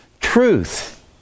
Truth